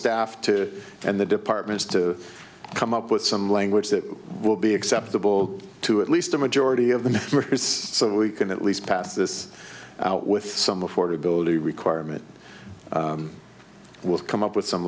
staff to and the departments to come up with some language that will be acceptable to at least a majority of them so we can at least pass this out with some affordability requirement will come up with some